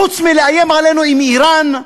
חוץ מלאיים עלינו עם איראן,